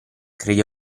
credi